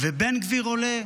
בן גביר עולה,